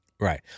right